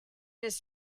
his